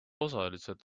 osaliselt